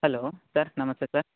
hello sir namaste sir